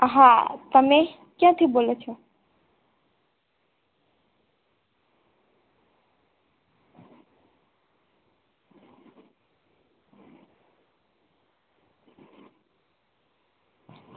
હા તમે ક્યાંથી બોલો છો